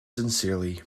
sincerely